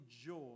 joy